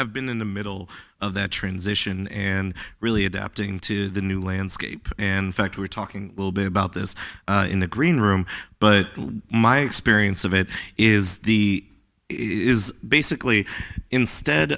i've been in the middle of that transition and really adapting to the new landscape and fact we're talking a little bit about this in the green room but my experience of it is the is basically instead